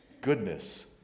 goodness